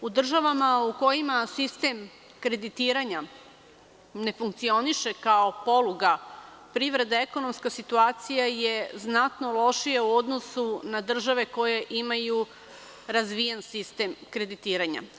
U državama u kojima sistem kreditiranja ne funkcioniše kao poluga privrede, ekonomska situacija je znatno lošija u odnosu na države koje imaju razvijen sistem kreditiranja.